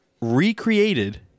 recreated